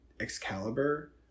Excalibur